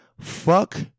fuck